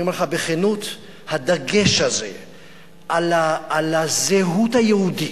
אני אומר לך בכנות, הדגש הזה על הזהות היהודית,